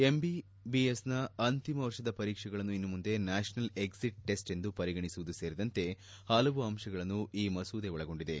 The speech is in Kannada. ಎಂಬಿಬಿಎಸ್ನ ಅಂತಿಮ ವರ್ಷದ ಪರೀಕ್ಷೆಗಳನ್ನು ಇನ್ನು ಮುಂದೆ ನ್ಲಾಪನಲ್ ಎಕ್ಟಿಟ್ ಟೆಸ್ಸ್ ಎಂದು ಪರಿಗಣಿಸುವುದು ಸೇರಿದಂತೆ ಹಲವು ಅಂಶಗಳನ್ನು ಈ ಮಸೂದೆ ಒಳಗೊಂಡಿದೆ